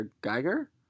Geiger